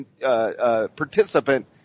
participant